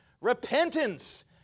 Repentance